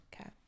Okay